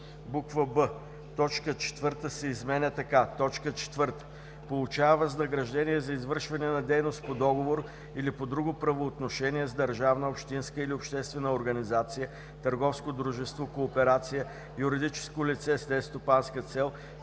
б) точка 4 се изменя така: „4. получава възнаграждение за извършване на дейност по договор или по друго правоотношение с държавна, общинска или обществена организация, търговско дружество, кооперация, юридическо лице с нестопанска цел,